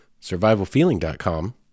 SurvivalFeeling.com